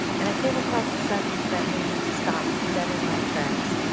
and i came across a sentence that made me stop dead in my tracks.